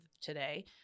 today